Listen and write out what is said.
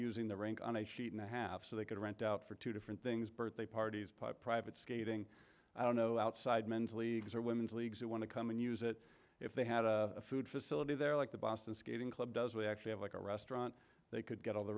using the rank on a sheet and a half so they could rent out for two different things birthday parties pop private skating i don't know outside men's leagues or women's leagues you want to come and use it if they had a food facility there like the boston skating club does we actually have like a restaurant they could get all the